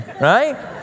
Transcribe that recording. right